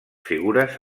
figures